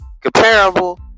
Comparable